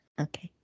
okay